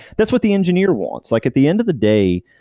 that's what the engineer wants. like at the end of the day,